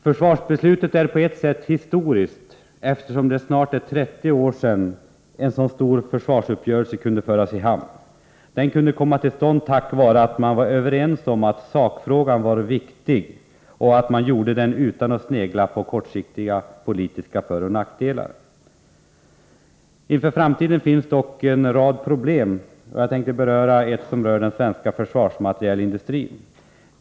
Försvarsbeslutet är på ett sätt historiskt, eftersom det snart är 30 år sedan en så stor försvarsuppgörelse kunde föras i hamn. Den kunde komma till stånd tack vare att man var överens om att sakfrågan var viktig, och man träffade överenskommelsen utan att snegla på kortsiktiga politiska föroch nackdelar. Inför framtiden finns dock en rad problem. Jag tänker beröra ett som gäller den svenska försvarsmaterielindustrin.